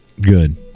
good